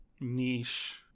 niche